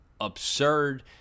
absurd